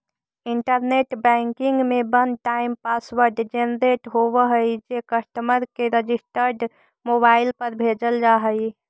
internet banking में one time password generate होवऽ हइ जे कस्टमर के रजिस्टर्ड मोबाइल पर भेजल जा हइ